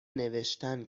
نوشتن